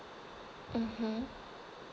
mmhmm